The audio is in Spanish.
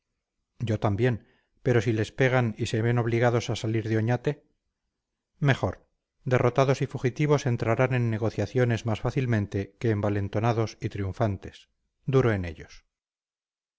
yo también pero si les pegan y se ven obligados a salir de oñate mejor derrotados y fugitivos entrarán en negociaciones más fácilmente que envalentonados y triunfantes duro en ellos